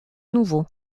nouveau